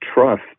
trust